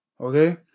okay